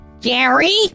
Jerry